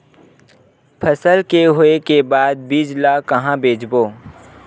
फसल के होय के बाद बीज ला कहां बेचबो?